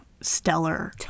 stellar